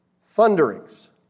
thunderings